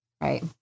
Right